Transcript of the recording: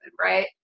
right